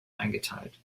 eingeteilt